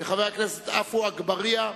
וחבר הכנסת עפו אגבאריה,